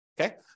okay